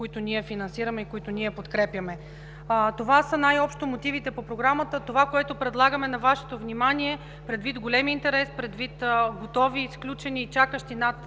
които ние финансираме, които ние подкрепяме. Това са най-общо мотивите по Програмата. Това, което предлагаме на Вашето внимание, предвид големия интерес, предвид готови, сключени и чакащи над